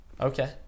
Okay